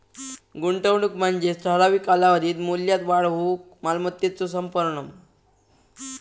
गुंतवणूक म्हणजे ठराविक कालावधीत मूल्यात वाढ होऊक मालमत्तेचो समर्पण